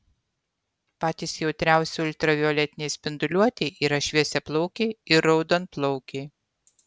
patys jautriausi ultravioletinei spinduliuotei yra šviesiaplaukiai ir raudonplaukiai